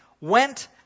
went